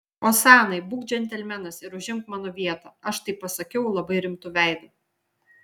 osanai būk džentelmenas ir užimk mano vietą aš tai pasakiau labai rimtu veidu